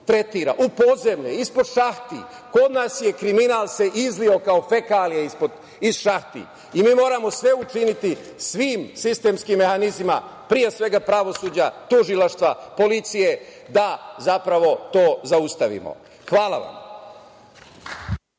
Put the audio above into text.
u podzemlje, ispod šahti. Kod nas se kriminal izlio kao fekalija iz šahti i mi moramo sve učiniti, svim sistemskim mehanizmima, pre svega, pravosuđa, tužilaštva, policije da zapravo to zaustavimo. Hvala vam.